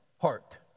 heart